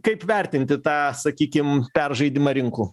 kaip vertinti tą sakykim peržaidimą rinkų